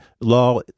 law